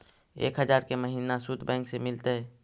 एक हजार के महिना शुद्ध बैंक से मिल तय?